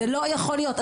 זה לא יכול להיות,